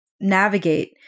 navigate